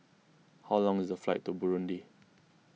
how long is the flight to Burundi